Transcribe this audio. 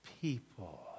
people